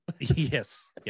Yes